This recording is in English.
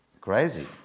crazy